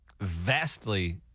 vastly